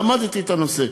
ולמדתי את הנושא.